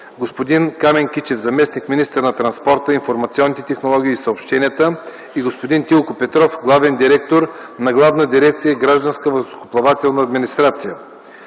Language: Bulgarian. господин Камен Кичев – заместник-министър на транспорта, информационните технологии и съобщенията, и господин Тилко Петров – главен директор на Главна дирекция „Гражданска въздухоплавателна администрация”.